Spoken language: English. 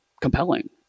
compelling